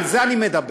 על זה אני מדבר.